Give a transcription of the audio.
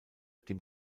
dem